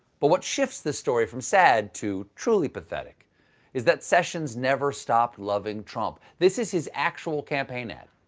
but what shifts the story from sad to truly pathetic is that sessions never stopped loving trump. this is his actual campaign ad.